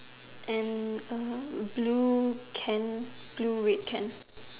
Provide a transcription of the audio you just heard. and a blue can blue red can